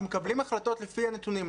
אנחנו מקבלים החלטות לפי הנתונים,